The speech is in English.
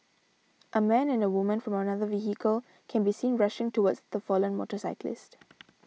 a man and a woman from another vehicle can be seen rushing towards the fallen motorcyclist